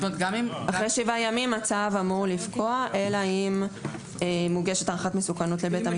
אחרי שבעה ימים הצו אמור לפקוע אלא אם מוגשת הערכת מסוכנות לבית המשפט.